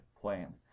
plan